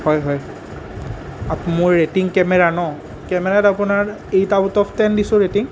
হয় হয় আপ মোৰ ৰেটিং কেমেৰা ন কেমেৰাত আপোনাৰ এইট আউট অফ টেন দিছোঁ ৰেটিং